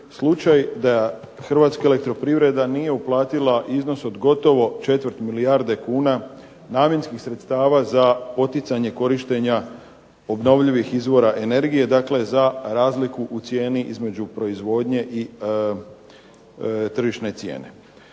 slučaj da "Hrvatska elektroprivreda" nije uplatila iznos od gotovo četvrt milijarde kuna namjenskih sredstava za poticanje korištenja obnovljivih izvora energije, dakle za razliku u cijeni između proizvodnje i tržišne cijene.